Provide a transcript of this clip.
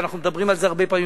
אנחנו מדברים על זה הרבה פעמים,